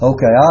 Okay